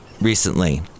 recently